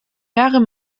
mehrere